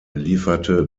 lieferte